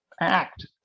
act